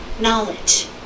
knowledge